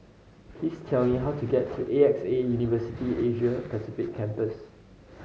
please tell me how to get to A X A University Asia Pacific Campus